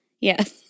Yes